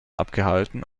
abgehalten